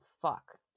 fuck